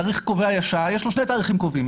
יש לו שני תאריכים קובעים,